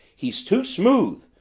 he's too smooth!